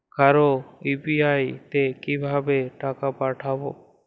কারো ইউ.পি.আই তে কিভাবে টাকা পাঠাবো?